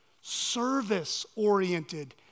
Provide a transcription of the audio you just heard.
service-oriented